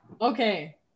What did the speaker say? Okay